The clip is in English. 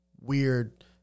weird